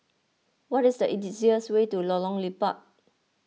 what is the easiest way to Lorong Liput